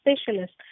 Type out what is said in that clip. specialist